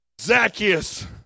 Zacchaeus